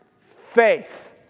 faith